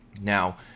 Now